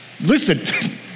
Listen